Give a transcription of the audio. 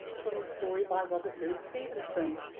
from the story by robert louis stevenson.